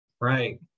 Right